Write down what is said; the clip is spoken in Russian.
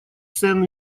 сент